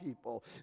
people